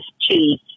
cheese